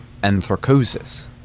anthracosis